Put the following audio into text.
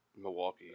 Milwaukee